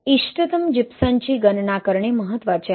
इष्टतम जिप्समची गणना करणे महत्वाचे आहे